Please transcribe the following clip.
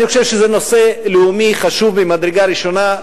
אני חושב שזה נושא לאומי חשוב ממדרגה ראשונה,